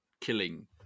killing